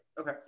okay